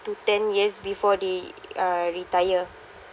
to ten years before they retire